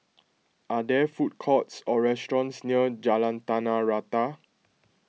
are there food courts or restaurants near Jalan Tanah Rata